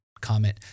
comment